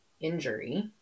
injury